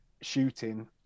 shooting